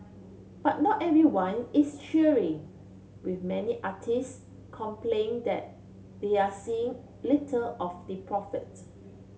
but not everyone is cheering with many artists complaining that they are seeing little of the profit